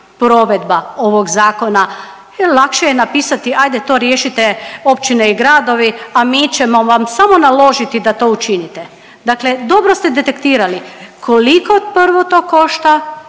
provedba ovog zakona lakše je napisati ajde to riješite općine i gradovi, a mi ćemo vam samo naložiti da to učinite. Dakle, dobro ste detektirali koliko prvo to košta